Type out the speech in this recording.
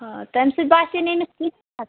آ تمہِ سۭتۍ باسے نہٕ أمِس کِہیٖنۍ فرق